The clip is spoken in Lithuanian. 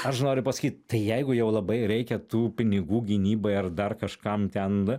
aš noriu pasakyt tai jeigu jau labai reikia tų pinigų gynybai ar dar kažkam ten